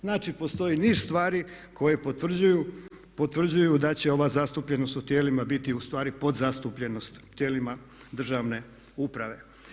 Znači postoji niz stvari koje potvrđuju da će ova zastupljenost u tijelima biti ustvari podzastupljenost u tijelima državne uprave.